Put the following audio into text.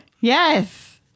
yes